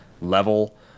level